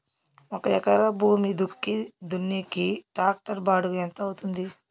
ఒక ఎకరా భూమి దుక్కి దున్నేకి టాక్టర్ బాడుగ ఎంత అవుతుంది?